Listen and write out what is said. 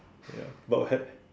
ya but we had